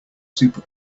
super